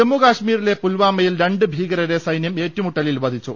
ജമ്മു കശ്മീരിലെ പുൽവാമയിൽ രണ്ട് ഭീകരരെ സൈന്യം ഏറ്റുമുട്ട ലിൽ വധിച്ചു